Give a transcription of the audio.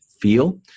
feel